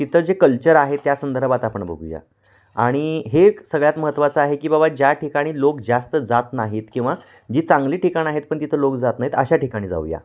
तिथं जे कल्चर आहे त्या संदर्भात आपण बघूया आणि हे सगळ्यात महत्त्वाचं आहे की बाबा ज्या ठिकाणी लोक जास्त जात नाहीत किंवा जी चांगली ठिकाणं आहेत पण तिथं लोक जात नाहीत अशा ठिकाणी जाऊया